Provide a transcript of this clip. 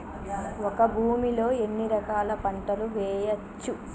ఒక భూమి లో ఎన్ని రకాల పంటలు వేయచ్చు?